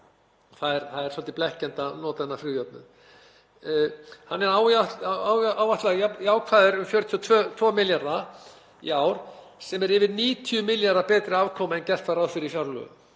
Það er svolítið blekkjandi að nota þennan frumjöfnuð. Hann er áætlaður jákvæður um 42 milljarða í ár, sem er yfir 90 milljarða betri afkoma en gert var ráð fyrir í fjárlögum